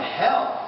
hell